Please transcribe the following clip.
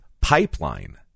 pipeline